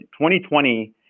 2020